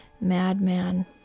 Madman